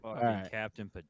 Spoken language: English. Captain